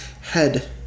head